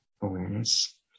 awareness